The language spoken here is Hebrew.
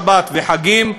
שבת וחגים,